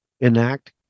enact